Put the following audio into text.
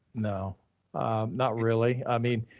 no, i'm not really. i mean,